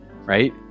right